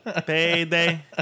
Payday